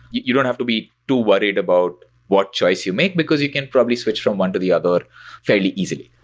you don't have to be too worried about what choice you make, because you can probably switch from one to the other fairly easily.